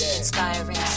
inspiring